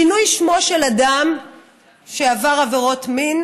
שינוי שמו של אדם שעבר עבירות מין